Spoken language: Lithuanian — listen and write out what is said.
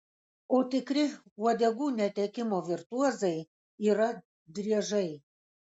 o tikri uodegų netekimo virtuozai yra driežai